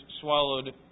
swallowed